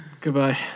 Goodbye